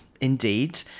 indeed